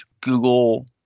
Google